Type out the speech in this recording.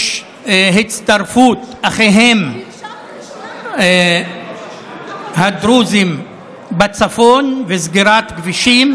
יש הצטרפות של אחיהם הדרוזים בצפון וסגירת כבישים.